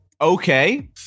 okay